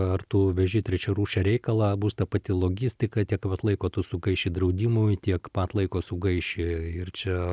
ar tu veži trečiarūšį reikalą bus ta pati logistika tiek vat laiko tu sugaiši draudimui tiek pat laiko sugaiši ir čia